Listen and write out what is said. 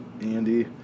Andy